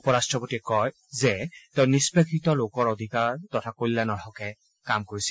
উপৰাট্টপতি গৰাকীয়ে কয় যে তেওঁ নিষ্পেষিত লোকৰ অধিকাৰ তথা কল্যাণৰ হকে কাম কৰিছিল